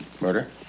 murder